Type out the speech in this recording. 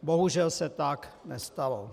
Bohužel se tak nestalo.